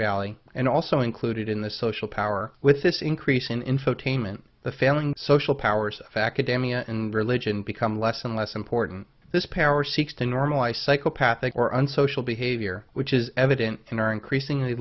valley and also included in the social power with this increase in infotainment the failing social powers of akademi and religion become less and less important this power seeks to normalize psychopathic or unsocial behavior which is evident in our increasingly